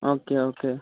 okay okay